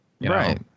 Right